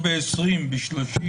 אבל רציתי לחלוט את השאלה לגבי